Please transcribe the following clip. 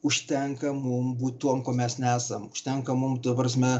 užtenka mum būt tuom kuo mes nesam užtenka mum ta prasme